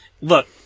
look